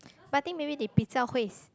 but think maybe they 比较会想